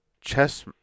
chess